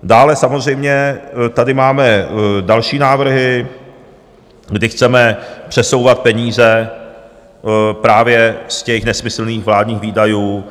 Dále samozřejmě tady máme další návrhy, kdy chceme přesouvat peníze právě z těch nesmyslných vládních výdajů.